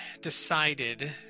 decided